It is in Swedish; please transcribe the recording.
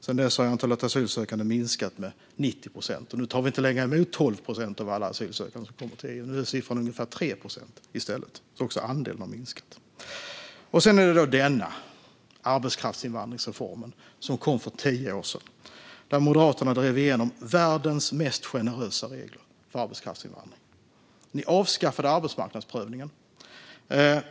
Sedan dess har antalet asylsökande minskat med 90 procent. Nu tar vi inte längre emot 12 procent av alla asylsökande som kommer till EU, utan nu är siffran ungefär 3 procent. Också andelen har alltså minskat. Arbetskraftsinvandringsreformen kom för tio år sedan. Moderaterna drev igenom världens mest generösa regler för arbetskraftsinvandring. Ni avskaffade arbetsmarknadsprövningen.